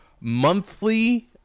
monthly